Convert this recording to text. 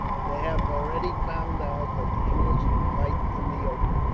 they have already found out that the english can fight in the open,